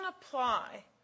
apply